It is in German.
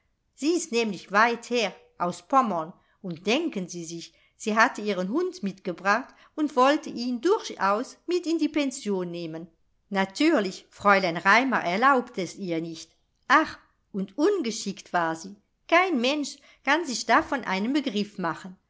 sie ist nämlich weit her aus pommern und denken sie sich sie hatte ihren hund mitgebracht und wollte ihn durchaus mit in die pension nehmen natürlich fräulein raimar erlaubte es ihr nicht ach und ungeschickt war sie kein mensch kann sich davon einen begriff machen